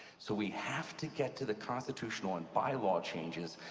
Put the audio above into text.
so we have to get to the constitutional and bylaw changes,